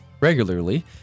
regularly